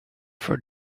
for